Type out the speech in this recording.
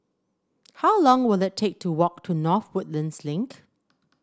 how long will it take to walk to North Woodlands Link